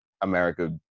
America